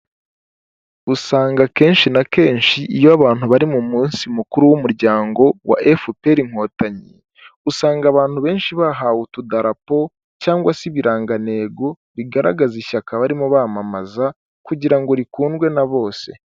Usanga a kenshi na kenshi iyo abantu bari mu munsi mukuru w'umuryango wa efuperi inkotanyi usanga abantu benshi bahawe utudarapo cyangwa se ibirangantego bigaragaza ishyaka barimo bamamaza kugira ngo rikundwe na bose.